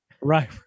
right